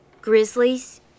Grizzlies